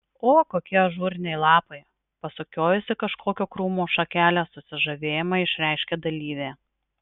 o kokie ažūriniai lapai pasukiojusi kažkokio krūmo šakelę susižavėjimą išreiškė dalyvė